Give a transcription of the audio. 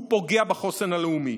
הוא פוגע בחוסן הלאומי.